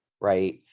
right